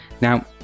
Now